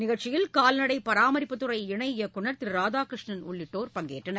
நிகழ்ச்சியில் கால்நடை பராமரிப்புத்துறை இணை இயக்குனர் திரு ராதாகிருஷ்ணன் உள்ளிட்டோர் பங்கேற்றனர்